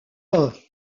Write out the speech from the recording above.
pas